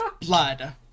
blood